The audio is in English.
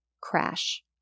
crash